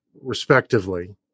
respectively